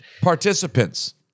participants